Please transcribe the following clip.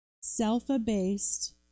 self-abased